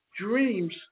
Dreams